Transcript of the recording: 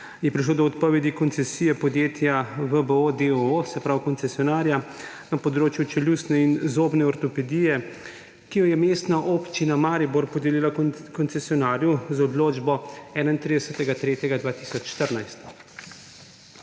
je prišlo do odpovedi koncesije podjetja VBO, d. o. o., se pravi koncesionarja na področju čeljustne in zobne ortopedije, ki jo je Mestna občina Maribor podelila koncesionarju z odločbo 31.